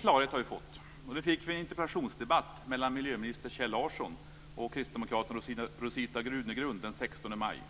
klargörande har vi fått. Det fick vi i en interpellationsdebatt mellan miljöminister Kjell Larsson och kristdemokraten Rosita Runegrund den 16 maj.